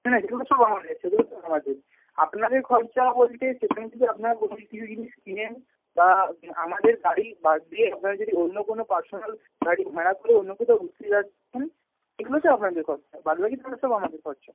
না না সেগুলো তো সব আমাদের সেগুলো আমাদের আপনাদের খরচা বলতে সেখানে যদি আপনারা কোনো কিছু জিনিস কেনেন বা আমাদের গাড়ি বাদ দিয়ে আপনারা যদি অন্য কোনো পার্সোনাল গাড়ি ভাড়া করে অন্য কোথাও ঘুরতে যাচ্ছেন সেগুলোতে আপনাদের খরচা বাদবাকি সব আমাদের খরচা